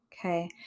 okay